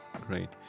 great